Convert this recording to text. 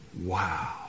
Wow